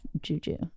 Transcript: juju